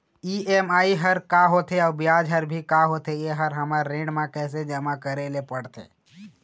EMI हर का होथे अऊ ब्याज हर भी का होथे ये हर हमर ऋण मा कैसे जमा करे ले पड़ते?